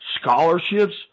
scholarships